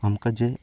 आमकां जें